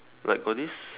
like got this